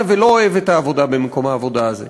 ולא אוהב את העבודה במקום העבודה הזה.